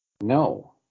No